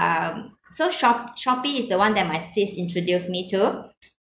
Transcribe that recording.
um so shop~ Shopee is the one that my sis introduced me to